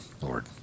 Lord